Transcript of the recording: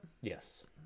Yes